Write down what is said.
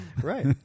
Right